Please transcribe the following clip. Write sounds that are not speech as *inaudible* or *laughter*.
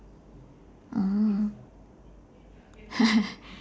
mm *laughs*